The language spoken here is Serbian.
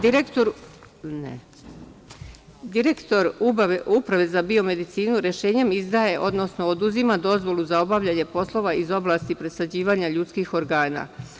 Direktor Uprave za biomedicinu rešenjem izdaje, odnosno oduzima dozvolu za obavljanje poslova iz oblasti presađivanja ljudskih organa.